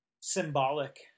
symbolic